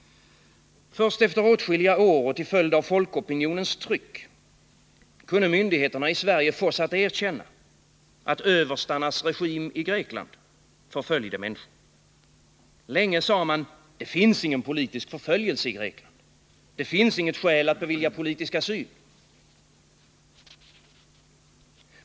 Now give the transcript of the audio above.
Först efter åtskilliga år och till följd av folkopinionens tryck kunde myndigheterna i Sverige fås att erkänna att överstarnas regim i Grekland förföljde människor. Länge sade man: Det finns ingen politisk förföljelse i Grekland. Det finns inget skäl att bevilja de här människorna politisk asyl.